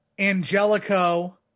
Angelico